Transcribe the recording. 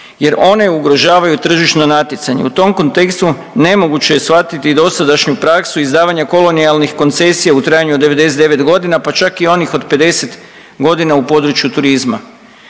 jer one ugrožavaju tržišno natjecanje. U tom kontekstu nemoguće je shvatiti i dosadašnju praksu izdavanja kolonijalnih koncesija u trajanju od 99 godina pa čak i onih od 50 godina u području turizma.